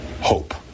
hope